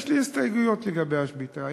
יש לי הסתייגויות לגבי השביתה,